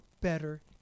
better